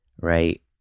right